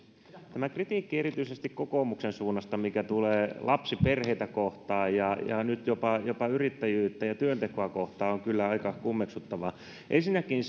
tämä kritiikki mikä tulee erityisesti kokoomuksen suunnasta lapsiperheitä kohtaan ja nyt jopa jopa yrittäjyyttä ja työntekoa kohtaan on kyllä aika kummeksuttavaa ensinnäkin